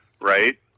Right